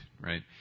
right